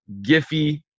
Giphy